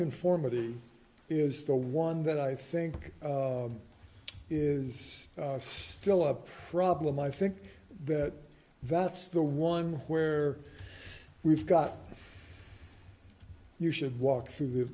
conformity is the one that i think is still up problem i think that that's the one where we've got and you should walk through the